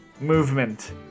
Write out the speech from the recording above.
movement